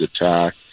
attack